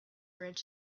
bridge